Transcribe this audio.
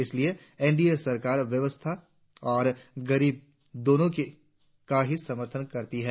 इसीलिए एनडीए सरकार व्यवस्था और गरीब दोनों की ही समर्थन है